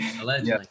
allegedly